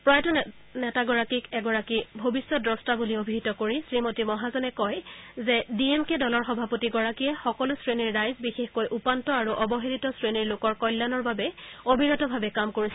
প্ৰয়াত কৰুণানিধিক এগৰাকী ভৱিষ্যদ্ৰস্টা বুলি অভিহিত কৰি শ্ৰীমতী মহাজনে কয় যে ডি এম কে দলৰ সভাপতিগৰাকীয়ে সকলো শ্ৰেণীৰ জনসাধাৰণ বিশেষকৈ উপান্ত আৰু অৱহেলিত শ্ৰেণীৰ লোকৰ কল্যাণৰ বাবে অবিৰতভাৱে কাম কৰিছিল